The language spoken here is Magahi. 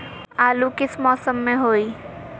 आलू किस मौसम में होई?